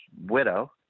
widow